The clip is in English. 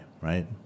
right